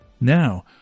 Now